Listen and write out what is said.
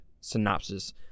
synopsis